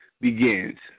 begins